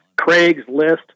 Craigslist